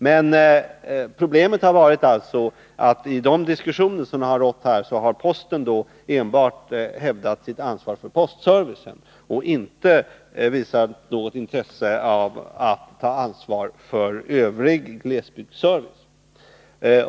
Men problemet har varit att posten i de diskussioner som förekommit enbart hävdat sitt ansvar för postservicen och inte visat något intresse av att ta ansvar för övrig glesbygdsservice.